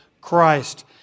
Christ